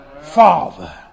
Father